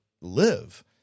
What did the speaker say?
live